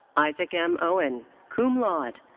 isaac m. owen, cum laude.